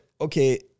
okay